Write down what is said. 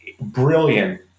brilliant